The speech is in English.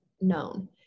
known